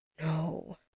No